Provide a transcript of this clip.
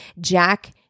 Jack